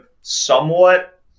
somewhat